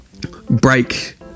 break